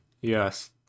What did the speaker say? Yes